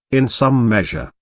in some measure,